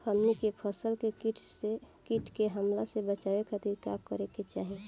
हमनी के फसल के कीट के हमला से बचावे खातिर का करे के चाहीं?